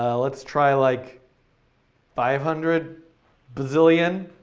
let's try, like five hundred bazillion.